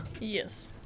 Yes